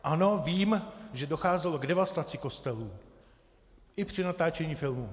Ano, vím, že docházelo k devastaci kostelů, i při natáčení filmu.